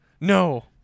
No